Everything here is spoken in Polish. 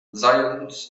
zając